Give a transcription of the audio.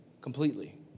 completely